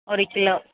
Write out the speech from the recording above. ஒரு கிலோ